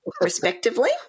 respectively